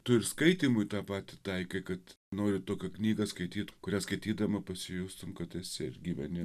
tu ir skaitymui tą patį taikau kad noriu tokią knygą skaityti kurias skaitydama pasijustumei kad esi ir gyveni